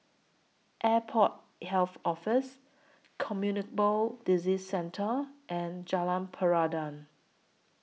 Airport Health Office Communicable Disease Centre and Jalan Peradun